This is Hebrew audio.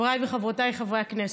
חבריי וחברותיי חברי הכנסת,